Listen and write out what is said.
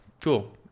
Cool